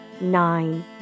nine